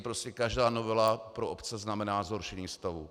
Prostě každá novela pro obce znamená zhoršení stavu.